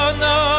no